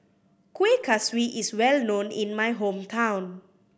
Kueh Kaswi is well known in my hometown